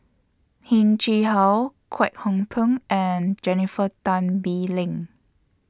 Heng Chee How Kwek Hong Png and Jennifer Tan Bee Leng